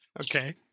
Okay